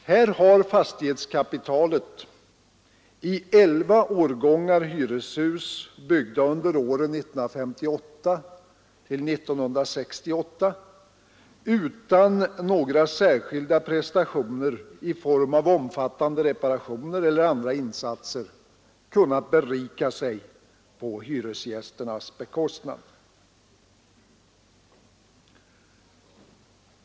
Här har fastighetskapitalet i elva årgångar hyreshus, byggda under åren 1958—1968, utan några särskilda prestationer i form av omfattande reparationer eller andra insatser kunnat berika sig på hyresgästernas bekostnad.